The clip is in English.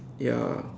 ya